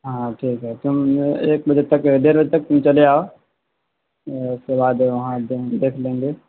ہاں ٹھیک ہے تم ایک بجے تک ڈیڑھ بجے تک تم چلے آؤ اس کے بعد وہاں دیکھ لیں گے